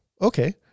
okay